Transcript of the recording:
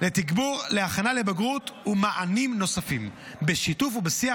לתגבור ולהכנה לבגרות ומענים נוספים בשיתוף ובשיח